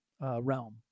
realm